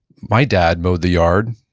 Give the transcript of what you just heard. my dad mowed the yard,